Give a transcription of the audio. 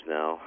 now